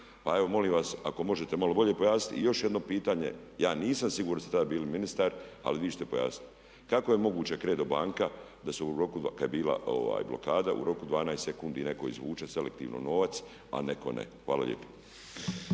evo molim vas ako možete malo bolje pojasniti. I još jedno pitanje, ja nisam siguran jel' ste tada bili ministar ali vi ćete pojasniti. Kako je moguće CREDO banka da se u roku kad je bila blokada u roku 12 sekundi netko izvuče selektivno novac, a netko ne. Hvala lijepo.